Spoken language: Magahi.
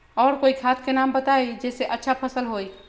और कोइ खाद के नाम बताई जेसे अच्छा फसल होई?